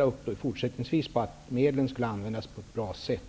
att fortsättningsvis ställa upp på att medlen skall användas på ett bra sätt.